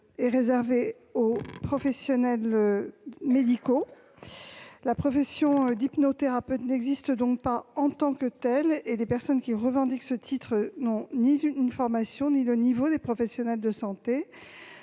est réservée aux professionnels médicaux. La profession d'hypnothérapeute n'existe donc pas en tant que telle et les personnes qui revendiquent ce titre n'ont ni la formation ni le niveau des professionnels de santé.